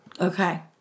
Okay